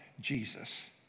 Jesus